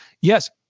yes